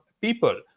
people